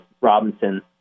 Robinson